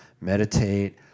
meditate